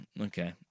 okay